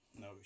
No